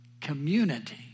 community